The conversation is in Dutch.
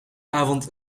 avond